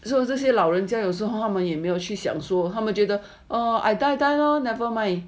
说这些老人家有时候 hor 也没有去想说他们觉得 or I die die lor nevermind